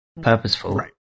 purposeful